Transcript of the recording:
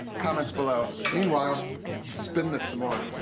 comments below. meanwhile, let's spin this some more.